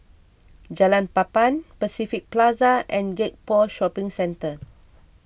Jalan Papan Pacific Plaza and Gek Poh Shopping Centre